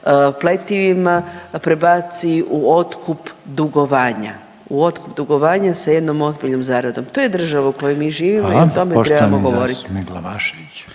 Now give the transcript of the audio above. pletivima prebaci u otkup dugovanja. U otkup dugovanja sa jednom ozbiljnom zaradom. To je država u kojoj mi živimo .../Upadica: